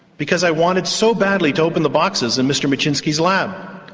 because i wanted so badly to open the boxes in mr micsinszki's lab,